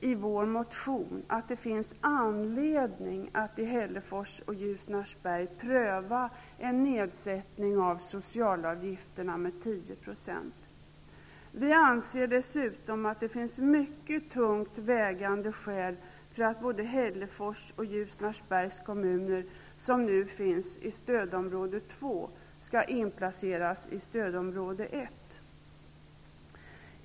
I vår motion skriver vi att det finns anledning att i Hällefors och Ljusnarsberg pröva en nedsättning av socialavgifterna med 10 %. Vi anser dessutom att det finns mycket tungt vägande skäl för att både Hällefors och Ljusnarsbergs kommuner, som nu är inplacerade i stödområde 2, skall inplaceras i stödområde 1.